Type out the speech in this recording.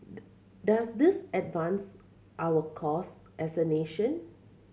does this advance our cause as a nation